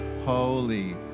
Holy